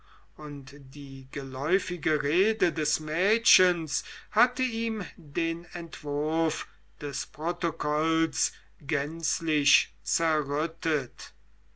und die geläufige rede des mädchens hatte ihm den entwurf des protokolls gänzlich zerrüttet